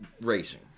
racing